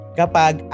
kapag